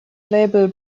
label